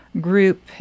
group